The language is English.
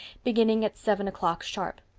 beginning at seven o'clock sharp.